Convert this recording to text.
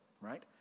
right